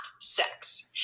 sex